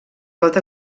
pot